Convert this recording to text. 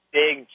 big